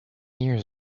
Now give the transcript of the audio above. years